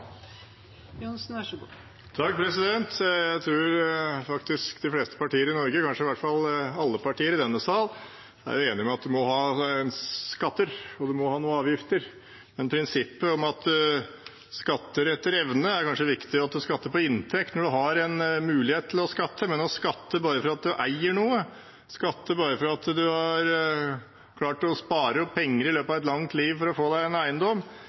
at vi må ha skatter, og at vi må ha noen avgifter. Prinsippet om å skatte etter evne er kanskje viktig når man har en mulighet til å skatte av inntekt, men å skatte bare for at man eier noe, bare for at man har klart å spare opp penger i løpet av et langt liv for å få seg en eiendom,